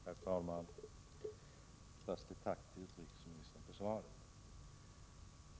Herr talman! Först ett tack till utrikesministern för svaret.